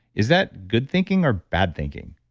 is that good thinking or bad thinking?